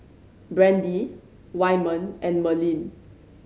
Brandie Wyman and Merlene